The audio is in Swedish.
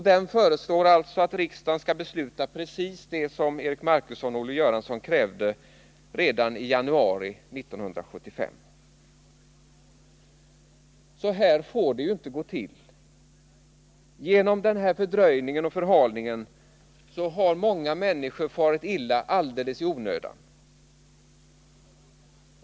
Den föreslår alltså Nr 51 att riksdagen skall besluta precis det som Eric Marcusson och Olle Göransson Torsdagen den krävde redan i januari 1975. 13 december 1979 Så här får det ju inte gå till. Till följd av denna fördröjning och förhalning har många människor farit illa alldeles i onödan.